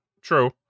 true